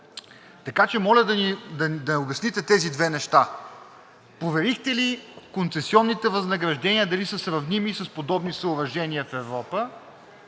Така че, моля да обясните тези две неща: проверихте ли концесионните възнаграждения дали са сравними с подобни съоръжения в Европа?